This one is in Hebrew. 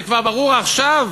וכבר ברור עכשיו